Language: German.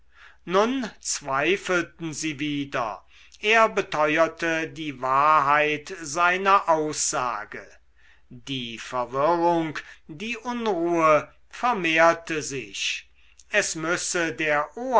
nun zweifelten sie wieder er beteuerte die wahrheit seiner aussage die verwirrung die unruhe vermehrte sich es müsse der